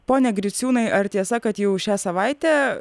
pone griciūnai ar tiesa kad jau šią savaitę